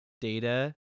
data